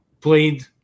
played